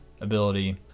ability